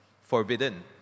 forbidden